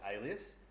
Alias